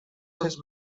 cents